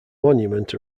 monument